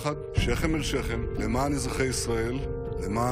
(תיקון), התשפ"ד 2023. תודה.